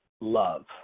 love